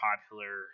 popular